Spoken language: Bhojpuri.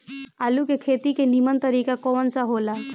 आलू के खेती के नीमन तरीका कवन सा हो ला?